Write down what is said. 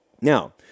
Now